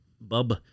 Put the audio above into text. Bub